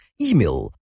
email